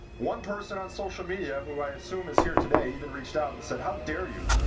one person on social media, who i assume is here today, even reached out and said, how dare you?